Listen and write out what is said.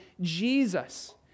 Jesus